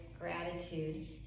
gratitude